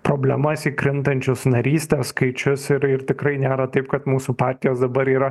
problemas į krentančius narystės skaičius ir ir tikrai nėra taip kad mūsų partijos dabar yra